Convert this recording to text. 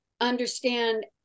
understand